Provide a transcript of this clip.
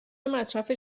مصرف